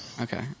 Okay